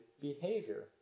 behavior